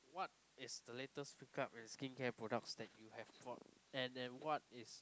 what is the latest make up and skin care products that you have bought and then what is